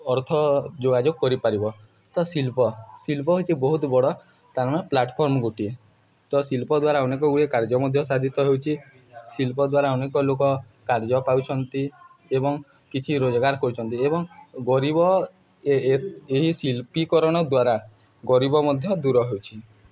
ଅର୍ଥ ଯୋଗାଯୋଗ କରିପାରିବ ତ ଶିଳ୍ପ ଶିଳ୍ପ ହେଉଛି ବହୁତ ବଡ଼ ତା ପ୍ଲାଟଫର୍ମ ଗୋଟିଏ ତ ଶିଳ୍ପ ଦ୍ୱାରା ଅନେକ ଗୁଡ଼ିଏ କାର୍ଯ୍ୟ ମଧ୍ୟ ସାଧିତ ହେଉଛି ଶିଳ୍ପ ଦ୍ୱାରା ଅନେକ ଲୋକ କାର୍ଯ୍ୟ ପାଉଛନ୍ତି ଏବଂ କିଛି ରୋଜଗାର କରୁଛନ୍ତି ଏବଂ ଗରିବ ଏହି ଶିଳ୍ପୀକରଣ ଦ୍ୱାରା ଗରିବ ମଧ୍ୟ ଦୂର ହେଉଛି